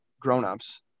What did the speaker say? grownups